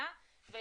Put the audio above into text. הבדיקה 72 שעות,